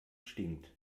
stinkt